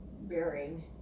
bearing